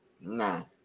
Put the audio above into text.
No